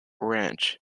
ranch